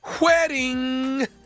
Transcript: wedding